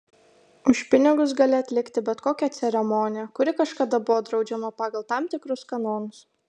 už pinigus gali atlikti bet kokią ceremoniją kuri kažkada buvo draudžiama pagal tam tikrus kanonus